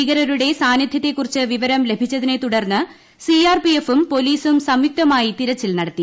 ഭീകരരുടെ സാന്നിധ്യത്തെക്കുറിച്ച് വിവരം ലഭിച്ചതിനെ തുടർന്ന് സി ആർ പി എഫും പോലീസും സംയുക്തമായി തിരച്ചിൽ നടത്തി